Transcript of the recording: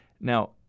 Now